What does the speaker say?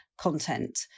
content